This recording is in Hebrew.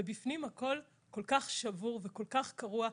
ובפנים הכול כל כך שבור, כל כך קרוע.